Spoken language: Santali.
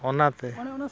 ᱚᱱᱟᱛᱮ